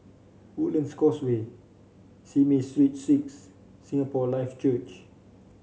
Woodlands Causeway Simei Street Six Singapore Life Church